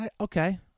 okay